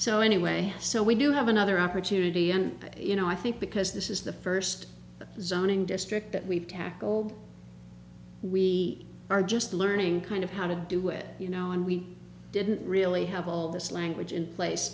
so anyway so we do have another opportunity and you know i think because this is the st zoning district that we've tackled we are just learning kind of how to do it you know and we didn't really have all this language in place